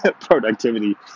productivity